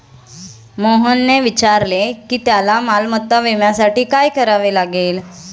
मोहनने विचारले की त्याला मालमत्ता विम्यासाठी काय करावे लागेल?